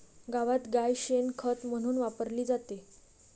गावात गाय शेण खत म्हणून वापरली जाते